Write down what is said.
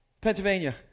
Pennsylvania